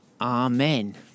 Amen